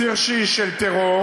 ציר שיעי של טרור,